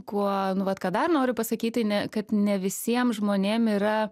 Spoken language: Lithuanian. kuo nu vat ką dar noriu pasakyt tai ne kad ne visiem žmonėm yra